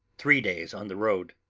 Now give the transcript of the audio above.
three days on the road.